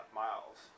miles